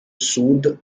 sud